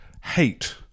hate